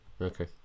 Okay